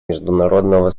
международного